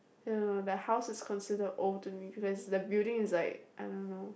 I don't know that house is considered old to me because the building is like I don't know